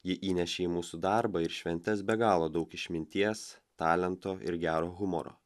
ji įnešė į mūsų darbą ir šventes be galo daug išminties talento ir gero humoro